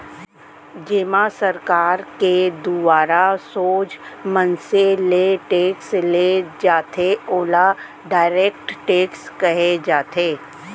जेमा सरकार के दुवारा सोझ मनसे ले टेक्स ले जाथे ओला डायरेक्ट टेक्स कहे जाथे